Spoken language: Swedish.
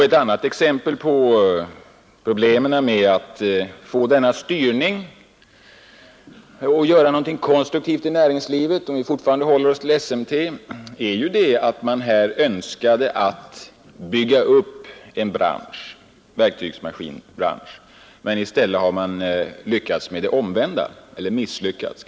Ett annat exempel på svårigheterna att få denna styrning att fungera och att göra någonting konstruktivt i näringslivet är — om vi fortfarande håller oss till SMT — att man har önskat bygga upp en verktygsmaskinsbransch och på den punkten har misslyckats.